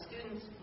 students